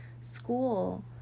school